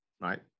right